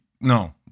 no